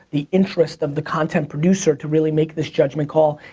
the interest of the content producer to really make this judgment call.